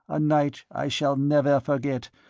a night i shall never forget,